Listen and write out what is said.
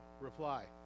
reply